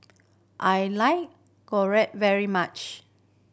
I like Gyro very much